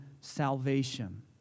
salvation